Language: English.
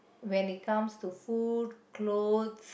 when it comes to food clothes